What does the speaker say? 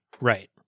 Right